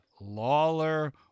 Lawler